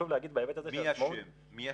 מי אשם?